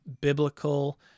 biblical